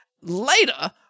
later